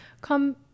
come